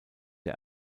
der